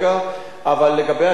אבל לגבי הכיסא,